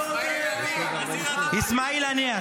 אסמאעיל הנייה.